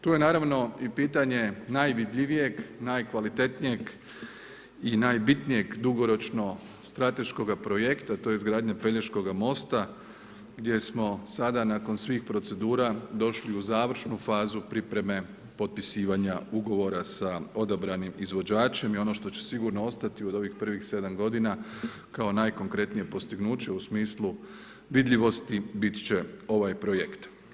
Tu je naravno i pitanje najvidljivijeg, najkvalitetnijeg i najbitnije, dugoročno strateškoga projekta, to je izgradnja Pelješkoga mosta, gdje smo sada nakon svih procedura došli u završnu fazu pripreme potpisivanje ugovora sa odabranim izvođačem i ono što će sigurno ostati u ovih prvih 7 g. kao najkonkretnije postignuće u smislu vidljivosti biti će ovaj projekt.